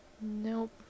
Nope